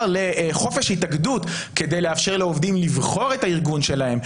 לחופש התאגדות כדי לאפשר לעובדים לבחור את האיגוד שלהם,